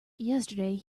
yesterday